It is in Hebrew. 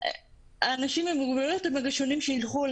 האנשים עם מוגבלויות הם הראשונים שילכו,